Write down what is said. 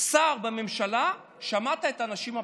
שר בממשלה, שמעת את האנשים הפשוטים?